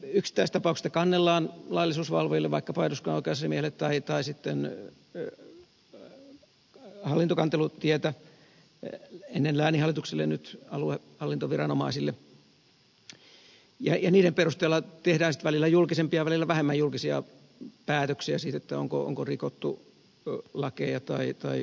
yksittäistapauksista kannellaan laillisuusvalvojille vaikkapa eduskunnan oikeusasiamiehelle tai sitten hallintokantelutietä ennen lääninhallituksille nyt aluehallintoviranomaisille ja niiden perusteella tehdään sitten välillä julkisempia välillä vähemmän julkisia päätöksiä siitä onko rikottu lakeja tai hyviä hoitokäytäntöjä